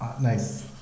Nice